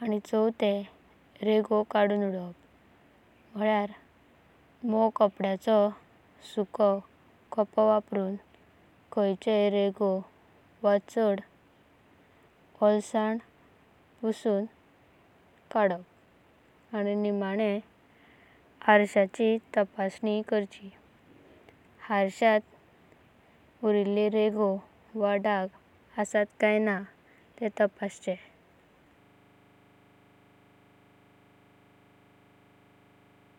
पावंदो चार रेघो कडूना उदोवापा वा कितें उरलां जलेंऽयार ते। कडूना उदोवापा खातीर सुकों वा मुवां कपाडो वापराचो। पावंदो पाच सुखो आर्सो। सुखेंया कपाडेया आर्सो, शुकवापाचो।